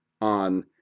on